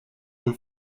wohl